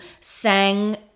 sang